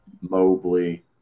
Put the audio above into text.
Mobley